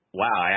wow